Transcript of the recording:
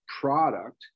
product